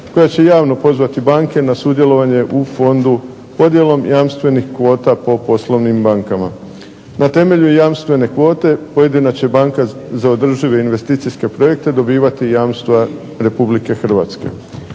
koja će javno pozvati banke na sudjelovanje u fondu podjelom jamstvenih kvota po poslovnim bankama. Na temelju jamstvene kvote pojedina će banka za održive investicijske projekte dobivati jamstva Republike Hrvatske.